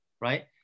right